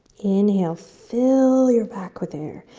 inhale, fill your back with air.